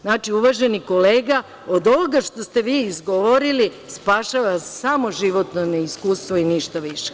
Znači, uvaženi kolega od ovoga što ste vi izgovorili spašava vas samo životno neiskustvo i ništa više.